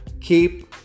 Keep